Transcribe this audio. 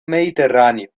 mediterráneo